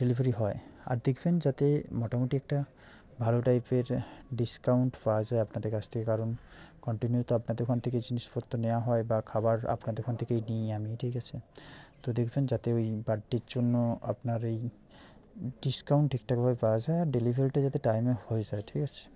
delivery হয় আর দেখবেন যাতে মোটামুটি একটা ভালো টাইপের ডিসকাউন্ট পাওয়া যায় আপনাদের কাছ থেকে কারণ কন্টিনিউ তো আপনাদের ওখান থেকেই জিনিসপত্র নেওয়া হয় বা খাবার আপনাদের ওখান থেকেই নিই আমি ঠিক আছে তো দেখবেন যাতে ঐ বার্থডের জন্য আপনার এই ডিসকাউন্ট ঠিকঠাকভাবে পাওয়া যায় আর ডেলিভারিটা যাতে টাইমে হয়ে যায় ঠিক আছে